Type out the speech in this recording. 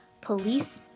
police